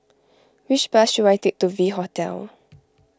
which bus should I take to V Hotel